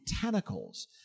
Tentacles